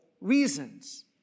reasons